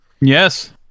Yes